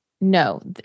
no